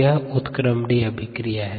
यह उत्क्रमणीय अभिक्रिया है